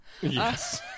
Yes